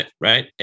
right